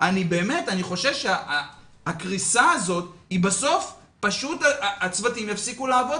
אני חושש שהצוותים בקריסה והם בסוף יפסיקו לעבוד